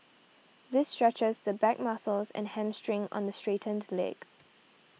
this stretches the back muscles and hamstring on the straightened leg